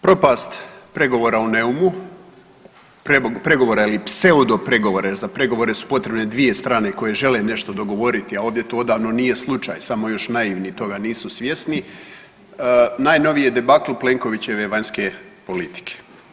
Propast pregovora u Neumu, pregovora ili pseudopregovora jer za pregovore su potrebne dvije strane koje žele nešto dogovoriti, a ovdje to odavno nije slučaj, samo još naivni toga nisu svjesni, najnoviji je debakl Plenkovićeve vanjske politike.